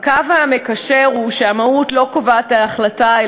הקו המקשר הוא שהמהות לא קובעת את ההחלטה,